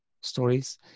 stories